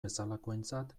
bezalakoentzat